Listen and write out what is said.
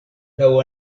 laŭ